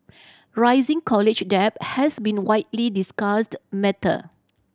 rising college debt has been a widely discussed matter